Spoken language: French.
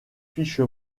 fiche